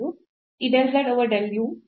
ಈ del z over del u